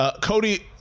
Cody